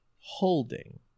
holding